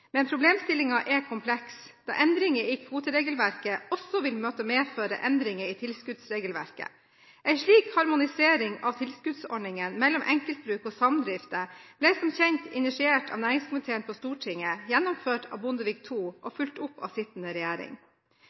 men problemstillingen er kompleks, da endringer i kvoteregelverket også vil måtte medføre endringer i tilskuddsregelverket. En slik harmonisering av tilskuddsordningene mellom enkeltbruk og samdrifter ble som kjent initiert av næringskomiteen på Stortinget, gjennomført av Bondevik II-regjeringen og fulgt opp av den sittende